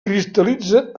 cristal·litza